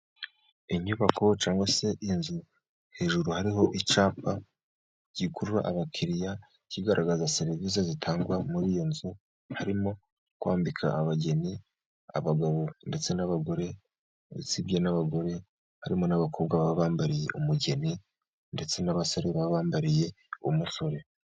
Inyubako cyangwa se inzu, hejuru hariho icyapa gikurura abakiriya, kigaragaza serivise zitangwa muri iyo nzu, harimo kwambika abageni, abagabo ndetse n'abagore, usibye n'abagore harimo n'abakobwa baba bambariye umugeni, ndetse n'abasore baba bambariye umusore.